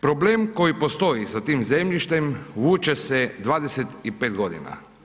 Problem koji postoji sa tim zemljištem vuče se 25 godina.